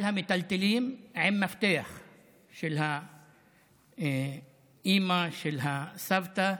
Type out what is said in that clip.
על המיטלטלין, עם מפתח של האימא, של הסבתא.